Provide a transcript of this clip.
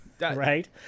Right